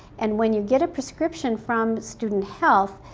and when you get a prescription from student health,